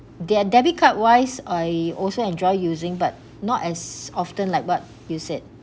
their debit card wise I also enjoy using but not as often like what you said